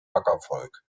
backerfolg